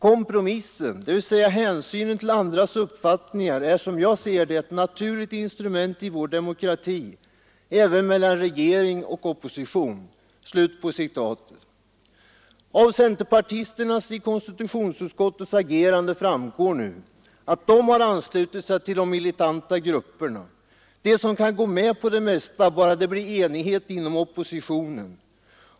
Kompromissen, dvs. hänsynen till andras uppfattningar, är som jag ser det ett naturligt instrument i vår demokrati — även mellan regering och opposition.” Av centerpartisternas agerande i konstitutionsutskottet framgår nu att de har anslutit sig till de militanta grupperna, de som kan gå med på det mesta bara det blir enighet inom oppositionen.